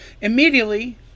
immediately